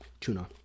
tuna